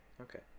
Okay